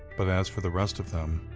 but as for the rest of them,